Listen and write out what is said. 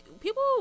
people